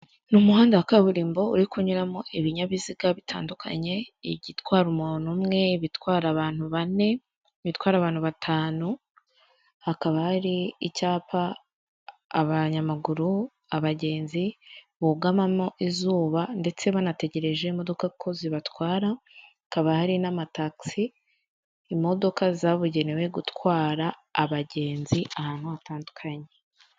Ni umuhanda wa kaburimbo uri kunyuramo ibinyabiziga bitandukanye; igitwara umuntu umwe, ibitwara abantu bane, ibitwara abantu batanu. Hakaba hari icyapa abanyamaguru, abagenzi bugamamo izuba ndetse banategereje imodoka ko zibatwara, hakaba hari n'amatagisi imodoka zabugenewe gutwara abagenzi ahantu hatandukanye.